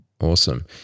Awesome